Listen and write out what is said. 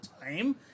time